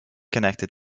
connected